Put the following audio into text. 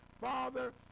Father